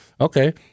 okay